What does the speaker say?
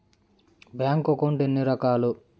bank account ఎన్ని రకాలు